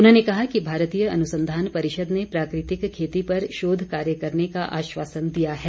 उन्होंने कहा कि भारतीय अनुसंधान परिषद ने प्राकृतिक खेती पर शोध कार्य करने का आश्वासन दिया है